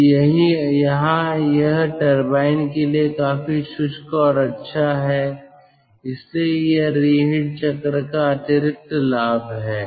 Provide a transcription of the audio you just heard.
तो यहाँ यह टरबाइन के लिए काफी शुष्क और अच्छा है इसलिए यह रिहीट चक्र का अतिरिक्त लाभ है